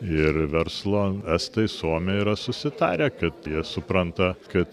ir verslo estai suomiai yra susitarę kad jie supranta kad